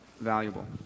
valuable